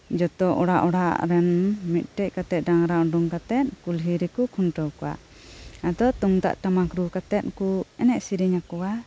ᱡᱚᱛᱚ ᱚᱲᱟᱜ ᱚᱲᱟᱜ ᱨᱮᱱ ᱢᱚᱫᱴᱮᱡ ᱠᱟᱛᱮᱜ ᱰᱟᱝᱨᱟ ᱩᱸᱰᱩᱝ ᱠᱟᱛᱮᱜ ᱠᱩᱞᱦᱤᱨᱮᱠᱩ ᱠᱷᱩᱱᱴᱟᱹᱣ ᱠᱚᱣᱟ ᱟᱫᱚ ᱛᱩᱢᱫᱟᱜ ᱴᱟᱢᱟᱠ ᱨᱩ ᱠᱟᱛᱮᱜ ᱠᱩ ᱮᱱᱮᱡ ᱥᱤᱨᱤᱧ ᱟᱠᱩᱣᱟ